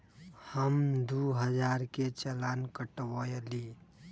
हम दु हजार के चालान कटवयली